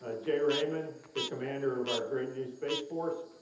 ah jay raymond, the commander of our great new space force,